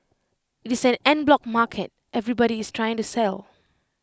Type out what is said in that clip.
IT is an en bloc market everybody is trying to sell